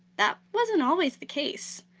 that wasn't always the case.